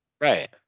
Right